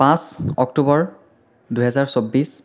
পাঁচ অক্টোবৰ দুহেজাৰ চৌব্বিছ